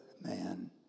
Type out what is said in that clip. man